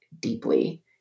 deeply